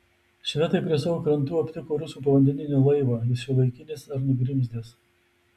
švedai prie savo krantų aptiko rusų povandeninį laivą jis šiuolaikinis ar nugrimzdęs